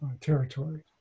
territory